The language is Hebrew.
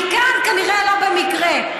אני כאן כנראה לא במקרה,